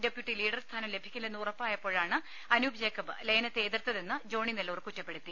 deputy leader സ്ഥാനം ലഭിക്കില്ലെന്ന് ഉറപ്പായപ്പോഴാണ് അനൂപ് ജേക്കബ് ലയനത്തെ എതിർത്തതെന്ന് ജോണി നെല്ലൂർ കുറ്റപ്പെടുത്തി